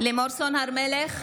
לימור סון הר מלך,